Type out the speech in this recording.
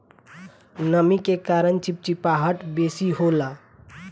नमी के कारण चिपचिपाहट बेसी होला